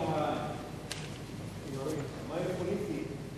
הכותרת להצעתי היתה צריכה להיות: תפילה לפני התפלה.